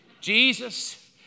Jesus